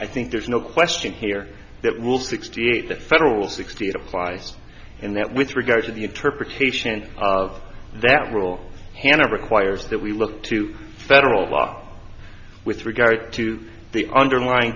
i think there's no question here that will sixty eight the federal sixty eight applies in that with regard to the interpretation of that rule hannah requires that we look to federal law with regard to the underlying